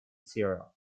cyril